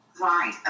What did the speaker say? Right